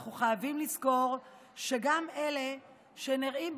אנחנו חייבים לזכור שגם אלה שנראים,